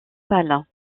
pâle